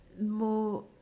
more